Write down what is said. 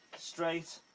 straight